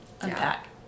unpack